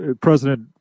President